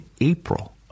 April